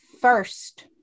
first